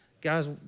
Guys